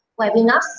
webinars